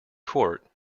court